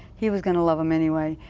he was going to love them anyway.